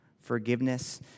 Forgiveness